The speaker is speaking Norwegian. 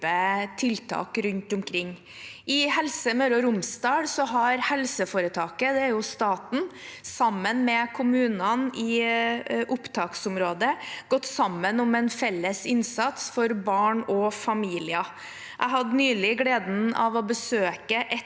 tiltak rundt omkring. I Helse Møre og Romsdal har helseforetaket – som er staten – sammen med kommunene i opptaksområdet gått sammen om en felles innsats for barn og familier. Jeg hadde nylig gleden av å besøke et